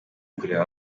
kureba